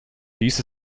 dies